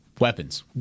Weapons